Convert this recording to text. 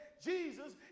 Jesus